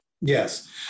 Yes